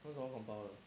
他怎么 compile